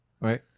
right